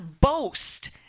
boast